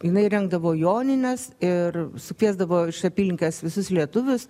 jinai rengdavo jonines ir sukviesdavo iš apylinkės visus lietuvius